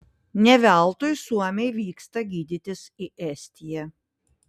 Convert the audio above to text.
ne veltui suomiai vyksta gydytis į estiją